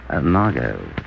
Margot